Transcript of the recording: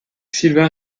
sylvain